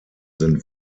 sind